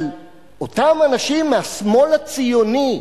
אבל אותם אנשים מהשמאל הציוני,